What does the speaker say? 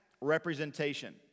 representation